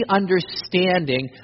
understanding